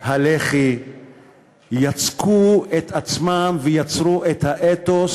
הלח"י יצקו את עצמם ויצרו את האתוס